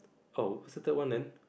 oh it's the third one then